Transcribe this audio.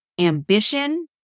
ambition